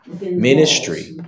ministry